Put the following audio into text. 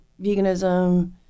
veganism